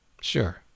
Sure